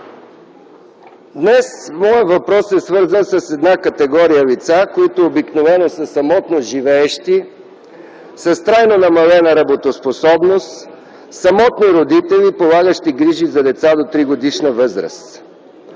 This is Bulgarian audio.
Днес моят въпрос е свързан с една категория лица, които обикновено са самотно живеещи с трайно намалена работоспособност, самотни родители, полагащи грижи за деца до тригодишна възраст.